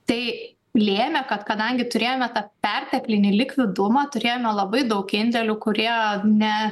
tai lėmė kad kadangi turėjome tą perteklinį likvidumą turėjome labai daug indėlių kurie ne